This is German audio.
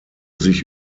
sich